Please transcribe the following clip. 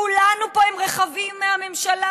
כולנו פה עם רכבים מהממשלה,